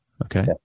Okay